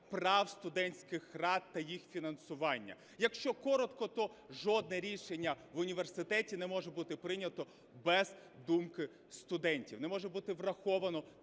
прав студентських рад та їх фінансування. Якщо коротко, то жодне рішення в університеті не може бути прийнято без думки студентів, не може бути враховано